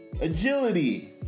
Agility